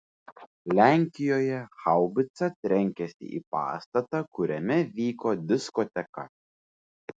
lenkijoje haubica trenkėsi į pastatą kuriame vyko diskoteka